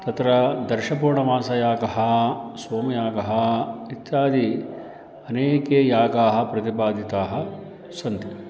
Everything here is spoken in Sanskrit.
तत्र दर्शपूर्णमासयागः सोमयागः इत्यादि अनेके यागाः प्रतिपादिताः सन्ति